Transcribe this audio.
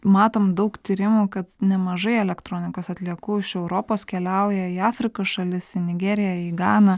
matom daug tyrimų kad nemažai elektronikos atliekų iš europos keliauja į afrikos šalys į nigerija į ganą